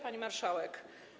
Pani Marszałek!